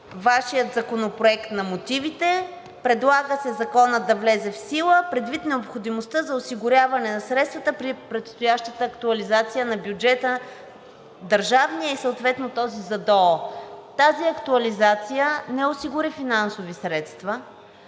Вашия законопроект, на мотивите, се предлага Законът да влезе в сила предвид необходимостта за осигуряване на средствата при предстоящата актуализация на бюджета – държавният и съответно този за ДОО. Тази актуализация не осигури финансови средства